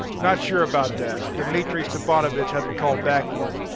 not sure about that, dmitry stepanovich hasn't called back yet.